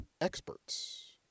experts